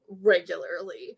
regularly